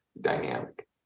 dynamic